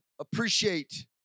appreciate